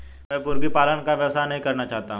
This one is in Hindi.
मैं मुर्गी पालन का व्यवसाय नहीं करना चाहता हूँ